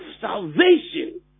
salvation